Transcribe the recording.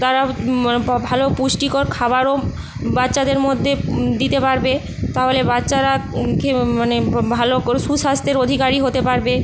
তারা ভালো পুষ্টিকর খাবারও বাচ্চাদের মধ্যে দিতে পারবে তাহলে বাচ্চারা খেয়ে মানে ভালো সুস্বাস্থ্যের অধিকারী হতে পারবে